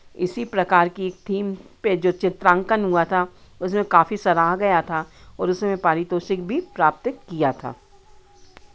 इसी प्रकार की एक थीम पे जो चित्रांकन हुआ था उसमें काफ़ी सराहा गया था और उसमें पारितोषिक भी प्राप्त किया था